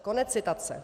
Konec citace.